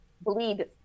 bleed